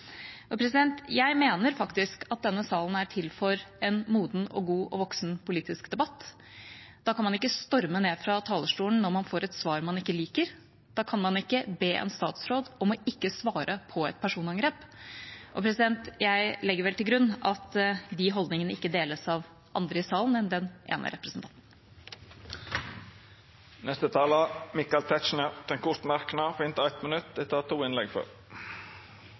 Jeg mener faktisk at denne salen er til for en moden, god og voksen politisk debatt. Da kan man ikke storme ned fra talerstolen når man får et svar man ikke liker. Da kan man ikke be en statsråd om ikke å svare på et personangrep. Jeg legger vel til grunn at de holdningene ikke deles av andre i salen enn den ene representanten. Representanten Michael Tetzschner har hatt ordet to gonger tidlegare i debatten og får ordet til ein kort merknad, avgrensa til 1 minutt.